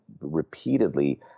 repeatedly